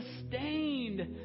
sustained